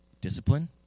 Discipline